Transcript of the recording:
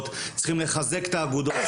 שלו הייתה גבוהה?